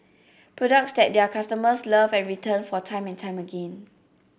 products that their customers love and return for time and time again